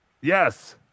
Yes